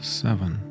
seven